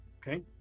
okay